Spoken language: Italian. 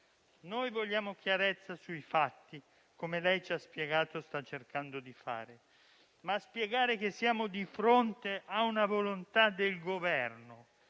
Noi vogliamo chiarezza sui fatti, come lei - ci ha spiegato - sta cercando di fare, ma dire che siamo di fronte a una volontà del Governo